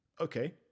Okay